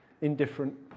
indifferent